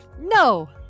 No